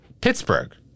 Pittsburgh